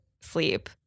sleep